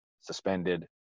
suspended